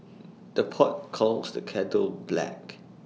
the pot calls the kettle black